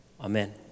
Amen